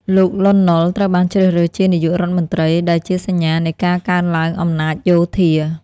លោក លន់ នល់ ត្រូវបានជ្រើសរើសជានាយករដ្ឋមន្ត្រី ដែលជាសញ្ញានៃការកើនឡើងអំណាចយោធា។